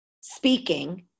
speaking